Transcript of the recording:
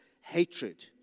hatred